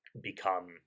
become